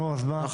נו, אז מה.